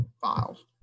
files